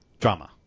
Drama